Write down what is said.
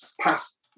past